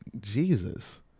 Jesus